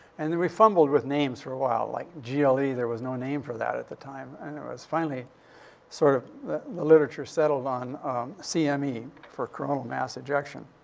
and then we fumbled with names for a while. like gle, there was no name for that at the time. and it was finally sort of. the literature settled on cme, i mean for coronal mass ejection.